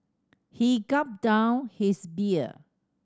he gulped down his beer